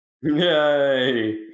Yay